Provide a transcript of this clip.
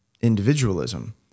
individualism